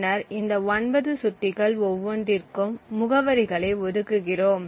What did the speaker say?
பின்னர் இந்த 9 சுட்டிகள் ஒவ்வொன்றிற்கும் முகவரிகளை ஒதுக்குகிறோம்